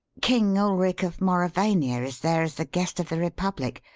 king ulric of mauravania is there as the guest of the republic.